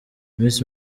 miss